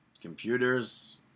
computers